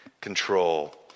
control